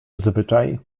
zwyczaj